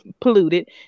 polluted